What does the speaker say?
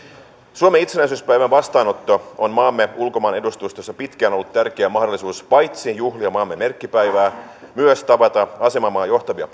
suomen itsenäisyyspäivän vastaanotto on maamme ulkomaanedustustoissa pitkään ollut tärkeä mahdollisuus paitsi juhlia maamme merkkipäivää myös tavata asemamaan johtavia